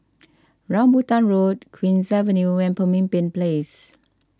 Rambutan Road Queen's Avenue and Pemimpin Place